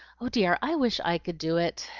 oh dear, i wish i could do it!